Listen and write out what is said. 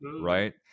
right